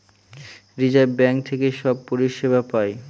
reserve bank থেকে সব পরিষেবা পায়